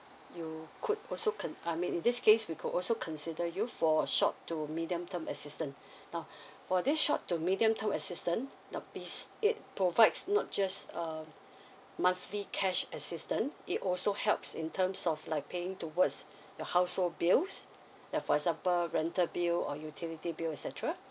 you could also ken~ I mean in this case we could also consider you for short to medium term assistance now for this short to medium term assistance the pis~ it provides not just um monthly cash assistant it also helps in terms of like paying towards the household bills for example rental bill or you utility bill et cetera